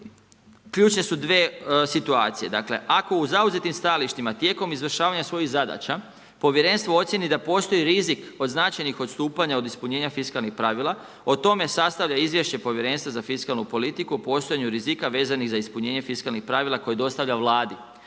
Ključne su dvije situacije, dakle. Ako u zauzetim stajalištima tijekom izvršavanja svojih zadaća, povjerenstvo ocijeni da postoji rizik od značajnih odstupanja od ispunjenja fiskalnih pravila, o tome sastavlja izvješće Povjerenstva za fiskalnu politiku o postojanju rizika vezanih za ispunjenje fiskalnih pravila koje dostavlja Vladi.